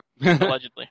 Allegedly